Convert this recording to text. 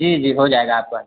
जी जी हो जाएगा आपका